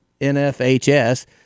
NFHS